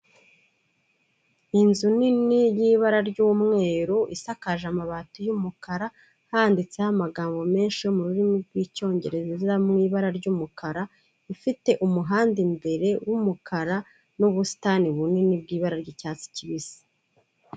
Inzu nini y'ibara ry'umweru isakaje amabati y'umukara handitseho amagambo menshi yo mu rurimi rw'icyongereza mu ibara ry'umukara, ifite umuhanda imbere w'umukara n'ubusitani bunini bwibara ry'icyatsi kibisi.